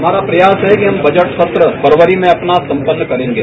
हमारा प्रयास है कि हम बजट सत्र फरवरी में अपना सम्पन्न कर लेंगे